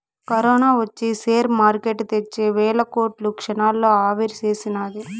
corona ఒచ్చి share market తెచ్చే వేల కోట్లు క్షణాల్లో ఆవిరిసేసినాది